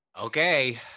okay